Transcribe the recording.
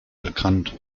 bekannt